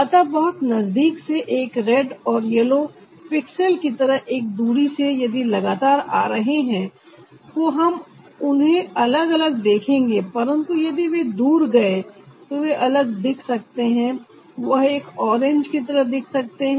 अतः बहुत नजदीक से एक रेड और येलो पिक्सेल की तरह एक दूरी से यदि लगातार आ रहे हैं को हम उन्हें अलग अलग देखेंगे परंतु यदि वे दूर गए तो वे अलग दिख सकते हैं वह एक ऑरेंज की तरह दिख सकते हैं